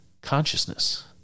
consciousness